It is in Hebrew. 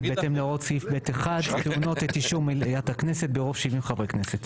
בהתאם להוראות סעיף (ב1) טעונות את אישור מליאת הכנסת ברוב 70 חברי כנסת'.